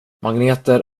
magneter